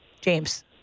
James